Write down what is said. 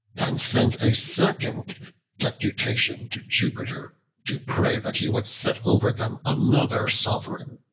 and sent a second deputation to jupiter to pray that he would set over them another sovereign.